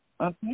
Okay